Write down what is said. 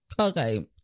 Okay